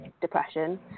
depression